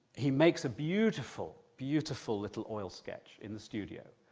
he makes a beautiful, beautiful little oil sketch in the studio,